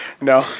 No